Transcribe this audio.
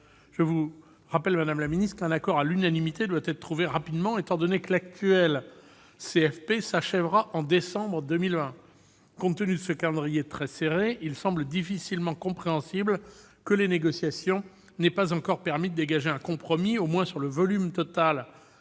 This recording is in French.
Je vous rappelle, madame la secrétaire d'État, qu'un accord à l'unanimité doit être trouvé rapidement, étant donné que l'actuel CFP s'achèvera en décembre 2020. Compte tenu de ce calendrier très serré, il semble difficilement compréhensible que les négociations n'aient pas encore permis de dégager un compromis, au moins sur le volume total